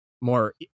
more